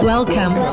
Welcome